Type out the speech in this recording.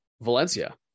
Valencia